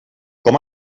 com